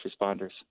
responders